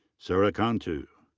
sara cantu.